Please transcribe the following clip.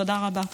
תודה רבה.